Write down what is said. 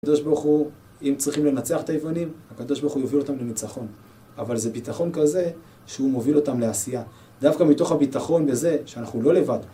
הקדוש ברוך הוא, אם צריכים לנצח את היוונים, הקדוש ברוך הוא יוביל אותם לנצחון. אבל זה ביטחון כזה שהוא מוביל אותם לעשייה. דווקא מתוך הביטחון בזה שאנחנו לא לבד.